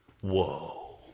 Whoa